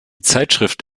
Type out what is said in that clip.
zeitschrift